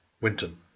Winton